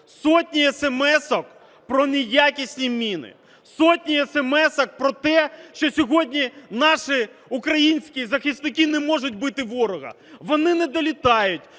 Сотні есемесок про неякісні міни, сотні есемесок про те, що сьогодні наші українські захисники не можуть бити ворога, вони не долітають,